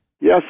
Yes